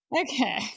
Okay